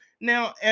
Now